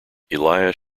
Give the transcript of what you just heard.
elias